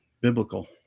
biblical